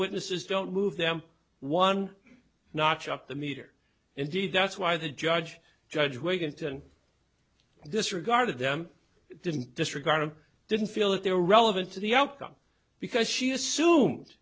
witnesses don't move them one notch up the meter indeed that's why the judge judge we're going to disregard them didn't disregard him didn't feel that they were relevant to the outcome because she assumed